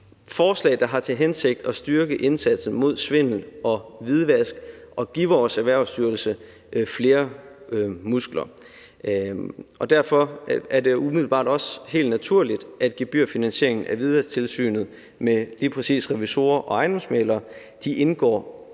forslag, der har til hensigt at styrke indsatsen mod svindel og hvidvask og give vores Erhvervsstyrelse flere muskler. Derfor er det umiddelbart også helt naturligt, at gebyrfinansieringen af hvidvasktilsynet med lige præcis revisorer og ejendomsmæglere indgår